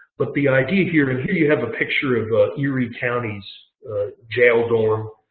but the idea here and here you have a picture of ah erie county's jail dorm.